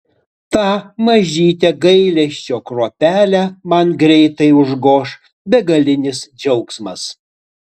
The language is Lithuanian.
tą mažytę gailesčio kruopelę man greitai užgoš begalinis džiaugsmas